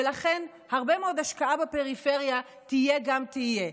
ולכן הרבה מאוד השקעה בפריפריה תהיה גם תהיה,